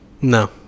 No